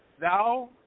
thou